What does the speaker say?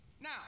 Now